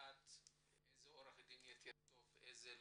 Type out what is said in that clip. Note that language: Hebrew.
לדעת איזה עורך דין יותר טוב ואיזה לא,